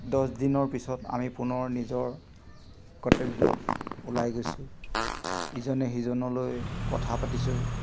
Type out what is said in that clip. দহ দিনৰ পিছত আমি পুনৰ নিজৰ কৰ্তব্যত ওলাই গৈছোঁ ইজনে সিজনলৈ কথা পাতিছোঁ